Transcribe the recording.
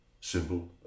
simple